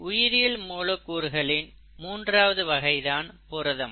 உயிரியல் மூலக்கூறுகளின் மூன்றாவது வகை தான் புரதம்